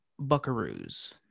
buckaroos